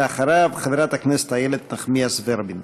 ואחריו, חברת הכנסת איילת נחמיאס ורבין.